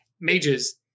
mages